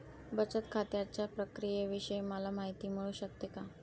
बचत खात्याच्या प्रक्रियेविषयी मला माहिती मिळू शकते का?